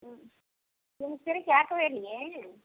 ம் எனக்கு சரியா கேட்கவே இல்லையே